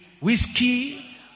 whiskey